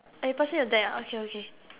oh you pass me to deck ah okay okay